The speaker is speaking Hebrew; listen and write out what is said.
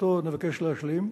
שאותו נבקש להשלים,